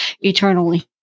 eternally